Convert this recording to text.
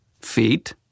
Feet